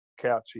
Couchy